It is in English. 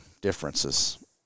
differences